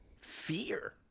fear